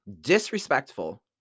Disrespectful